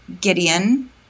Gideon